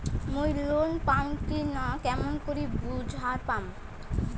মুই লোন পাম কি না কেমন করি বুঝা পাম?